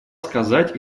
сказать